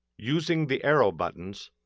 using the arrow buttons,